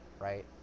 right